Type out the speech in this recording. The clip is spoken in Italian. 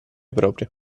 proprio